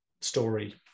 story